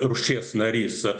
rūšies narys